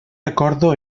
recordo